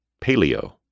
Paleo